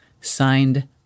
Signed